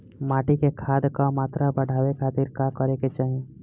माटी में खाद क मात्रा बढ़ावे खातिर का करे के चाहीं?